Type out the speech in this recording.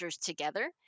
together